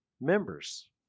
members